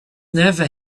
never